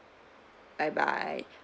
bye bye